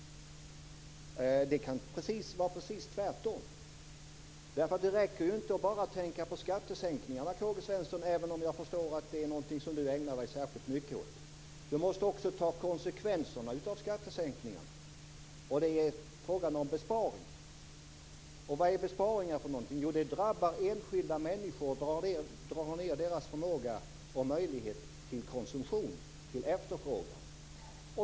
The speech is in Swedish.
Det kan vara precis tvärtom. Det räcker inte att bara tänka på skattesänkningar, även om jag förstår att det är någonting som K-G Svenson ägnar sig mycket åt. Man måste också ta konsekvenserna av skattesänkningarna. Det är en fråga om besparingar. Och vad är besparingar för någonting? Jo, det drabbar oskyldiga människor och drar ned på deras förmåga och möjlighet till konsumtion, dvs. deras efterfrågan.